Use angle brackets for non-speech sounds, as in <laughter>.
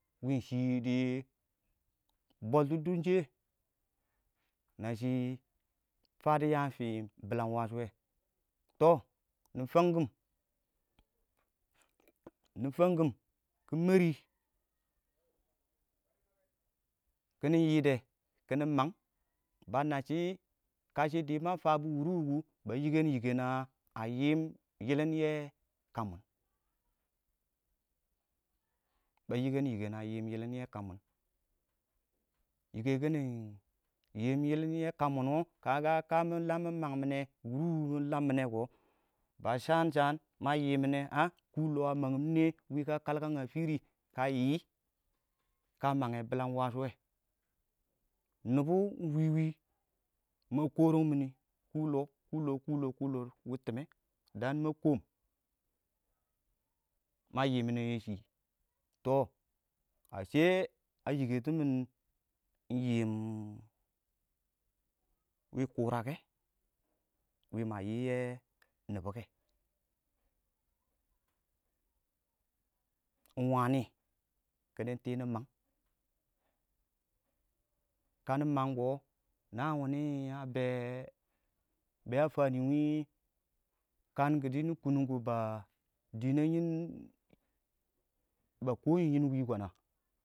wɪɪn shidi bɔlts dʊn shɪya na shɪ tads tɪn yam <unintelligible> wɛ, tɔ nɪ fangkim nɪ tamgkim kɪ mɛrri kiɪnɪ yiide kiɪnɪ mang ba nabsh kama fabs wuri wukn ba yikən yikən a yiim yillin yɛ kammin, a yikəkinin yiim yɪlɪn yɛ kammin wɔ <unintelligible> kamɪ lam mɪ mangmine wuriwu mɪ lammine kɔ ba shan shan ma yii mɪne <hesitation> kʊlɔ a mangin ingne wɪɪn kə kalkang a tirr kə yii kə manage <unintelligible> wɛ nibo ing wɪwɪ ma kɔrang mɪn kɔ-ʊlɔ kʊlɔ kʊlɔ kʊlɔ wɪɪn tɪmmɛ daan ma kɔɔm ma yiim mɪne yɛ shɪ ə0 <unintelligible> a yikə timin inyiim wɪɪn kʊrakɛ wɪɪn ma yii yɛ nibɔ kɛ iɪng wani kɪ nɪ tui nɪ mang kanɪ mangko naan kanɪ mangko naan nɪɪn a bɛɛ bɛ a fani wɪɪn kankidi nɪ kʊnnʊm kʊ <unintelligible> kəni ingyin kona